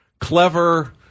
clever